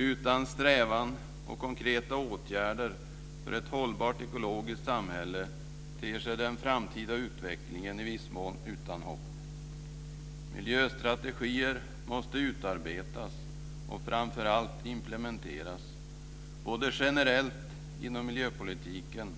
Utan strävan och konkreta åtgärder för ett hållbart ekologiskt samhälle ter sig den framtida utvecklingen i viss mån utan hopp. Miljöstrategier måste utarbetas och framför allt implementeras både generellt inom miljöpolitiken